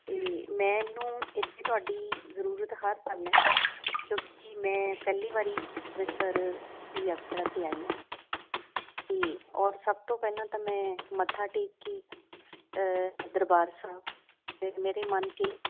ਅਤੇ ਮੈਨੂੰ ਇੱਥੇ ਤੁਹਾਡੀ ਜ਼ਰੂਰਤ ਹਰ ਪਲ ਹੈ ਕਿਉਂਕਿ ਮੈਂ ਪਹਿਲੀ ਵਾਰ ਅੰਮ੍ਰਿਤਸਰ ਦੀ ਯਾਤਰਾ 'ਤੇ ਆਈ ਹਾਂ ਅਤੇ ਔਰ ਸਭ ਤੋਂ ਪਹਿਲਾਂ ਤਾਂ ਮੈਂ ਮੱਥਾ ਟੇਕ ਕੇ ਦਰਬਾਰ ਸਾਹਿਬ ਮੇਰੇ ਮਨ ਕੀ